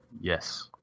Yes